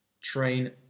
train